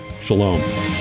Shalom